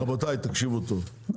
רבותיי, תקשיבו טוב,